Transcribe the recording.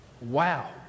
Wow